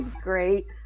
great